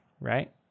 right